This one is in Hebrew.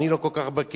אני לא כל כך בקי,